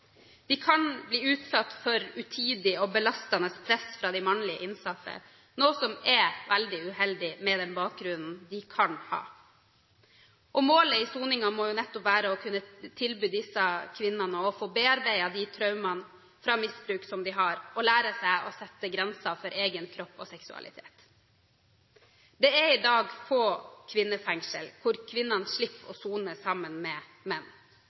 De kan bli utsatt for utidig og belastende press fra de mannlige innsatte, noe som er veldig uheldig med den bakgrunnen de kanskje har. Målet med soningen må nettopp være å kunne tilby disse kvinnene å få bearbeidet traumene fra misbruk og lære dem å sette grenser for egen kropp og egen seksualitet. Det er i dag få fengsler hvor kvinnene slipper å sone sammen med menn.